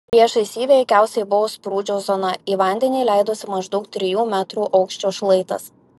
priešais jį veikiausiai buvo sprūdžio zona į vandenį leidosi maždaug trijų metrų aukščio šlaitas